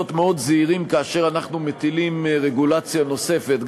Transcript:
מאוד זהירים כאשר אנחנו מטילים רגולציה נוספת.